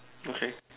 okay